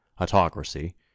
autocracy